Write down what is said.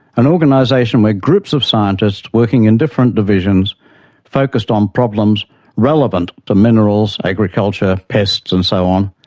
an organization where groups of scientists working in different divisions focused on problems relevant to minerals, agriculture, pests and so on,